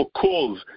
calls